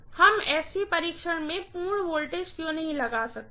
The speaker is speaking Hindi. हम SC परीक्षण में पूर्ण वोल्टेज क्यों नहीं लागू कर सकते हैं